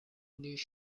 this